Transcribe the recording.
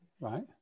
right